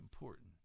important